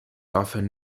often